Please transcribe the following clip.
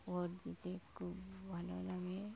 vote দিতে খুব ভালো লাগে